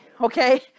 okay